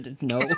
No